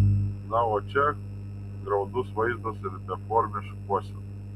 na o čia graudus vaizdas ir beformė šukuosena